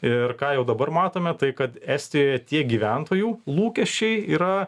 ir ką jau dabar matome tai kad estijoje tiek gyventojų lūkesčiai yra